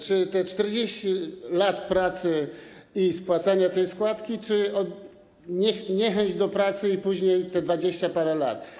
Czy te 40 lat pracy i płacenia składki, czy niechęć do pracy i później te dwadzieścia parę lat?